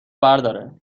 برداره